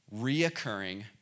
reoccurring